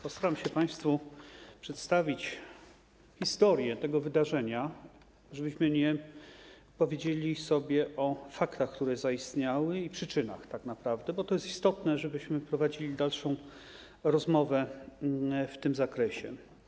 Postaram się przedstawić państwu historię tego wydarzenia, żebyśmy powiedzieli sobie o faktach, które zaistniały, i przyczynach tak naprawdę, co jest istotne, żebyśmy prowadzili dalszą rozmowę w tym zakresie.